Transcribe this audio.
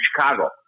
Chicago